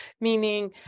Meaning